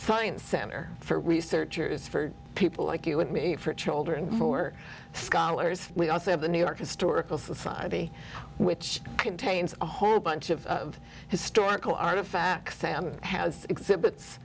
science center for researchers for people like you and me for children who are scholars we also have the new york historical society which contains a whole bunch of historical artifacts family has exhibits